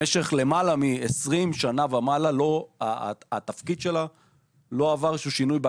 במשך 20 שנה ומעלה, לא עבר שום שינוי.